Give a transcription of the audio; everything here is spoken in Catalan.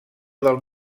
del